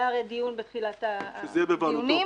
היה דיון בתחילת הדיונים,